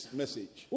message